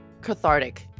cathartic